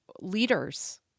leaders